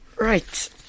Right